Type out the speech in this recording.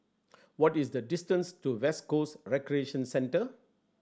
what is the distance to West Coast Recreation Centre